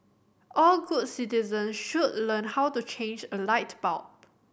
all good citizens should learn how to change a light bulb